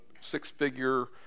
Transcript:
six-figure